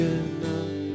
enough